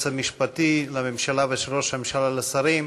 המשפטי לממשלה ושל ראש הממשלה לשרים,